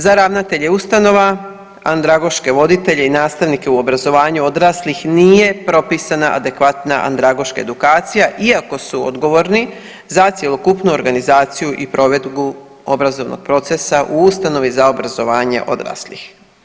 Za ravnatelje ustanova andragoške voditelje i nastavnike u obrazovanju odraslih nije propisana adekvatna andragoška edukacija iako su odgovorni za cjelokupnu organizaciju i provedbu obrazovnog procesa u ustanovi za obrazovanje odraslih.